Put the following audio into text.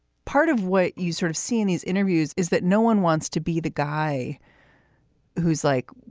part of what you sort of see in these interviews is that no one wants to be the guy who's like,